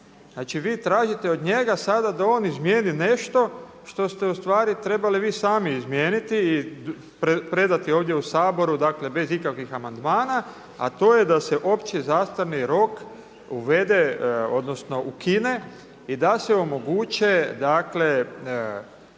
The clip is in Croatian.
Znači vi tražite od njega sada da on izmijeni nešto što ste ustvari trebali vi sami izmijeniti i predati ovdje u Saboru dakle bez ikakvih amandmana a to je da se opći zastarni rok uvede, odnosno ukine i da se omoguće dakle